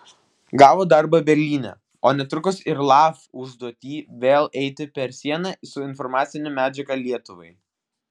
gavo darbo berlyne o netrukus ir laf užduotį vėl eiti per sieną su informacine medžiaga lietuvai